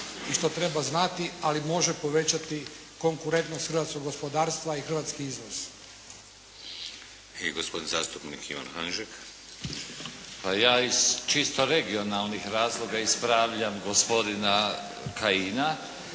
i što treba znati, ali može povećati konkurentnost hrvatskog gospodarstva i hrvatski izvoz. **Šeks, Vladimir (HDZ)** I gospodin zastupnik Ivan Hanžek. **Hanžek, Ivan (SDP)** Pa ja iz čisto regionalnih razloga ispravljam gospodina Kajina.